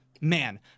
man